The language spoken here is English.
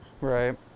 Right